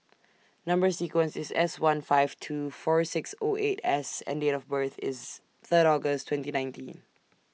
Number sequence IS S one five two four six O eight S and Date of birth IS Third August twenty nineteen